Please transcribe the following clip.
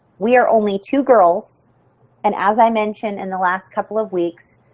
we're only two girls and as i mentioned in the last couple of weeks,